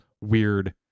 weird